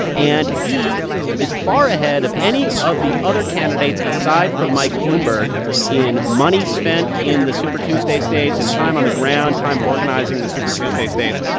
and he is far ahead of any of the other candidates aside from mike bloomberg in money spent in the super tuesday states and time on the ground, time organizing the super tuesday states.